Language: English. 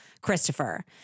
Christopher